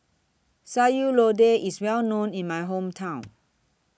Sayur Lodeh IS Well known in My Hometown